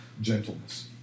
gentleness